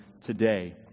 today